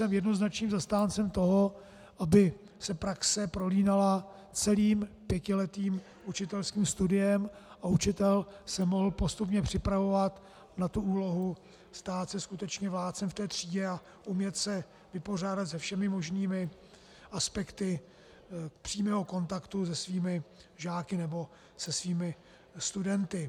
Tady jsem jednoznačným zastáncem toho, aby se praxe prolínala celým pětiletým učitelským studiem a učitel se mohl postupně připravovat na úlohu stát se skutečně vládcem v té třídě a umět se vypořádat se všemi možnými aspekty přímého kontaktu se svými žáky nebo se svými studenty.